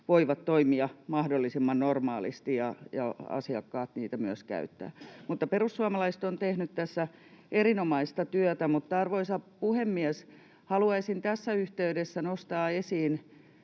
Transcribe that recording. voivat toimia mahdollisimman normaalisti ja asiakkaat niitä myös käyttää. Mutta perussuomalaiset ovat tehneet tässä erinomaista työtä. Arvoisa puhemies! Haluaisin tässä yhteydessä nostaa esiin